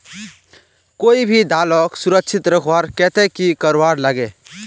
कोई भी दालोक सुरक्षित रखवार केते की करवार लगे?